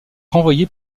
renvoyé